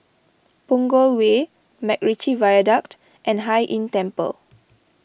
Punggol Way MacRitchie Viaduct and Hai Inn Temple